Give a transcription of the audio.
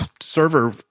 server